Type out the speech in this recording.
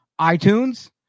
iTunes